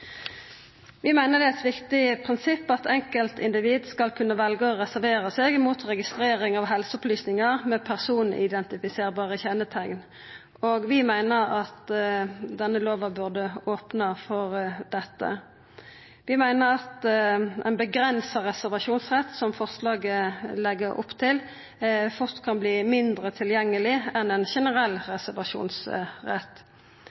Vi meiner det er eit viktig prinsipp at enkeltindivid skal kunne velja å reservera seg mot registrering av helseopplysningar med personidentifiserbare kjenneteikn, og vi meiner at denne lova burde opna for dette. Vi meiner at ein avgrensa reservasjonsrett som forslaget legg opp til, fort kan verta mindre tilgjengeleg enn ein generell